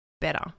better